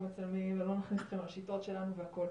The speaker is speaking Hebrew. מצלמים ולא נחשוף את השיטות שלנו והכל,